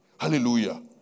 Hallelujah